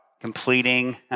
completing